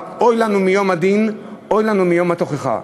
"אוי לנו מיום הדין, אוי לנו מיום התוכחה".